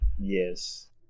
Yes